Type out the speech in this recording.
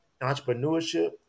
entrepreneurship